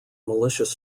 malicious